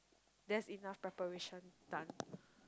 that's enough preparation done